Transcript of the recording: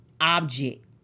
object